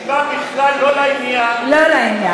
את משיבה בכלל לא לעניין, לא לעניין.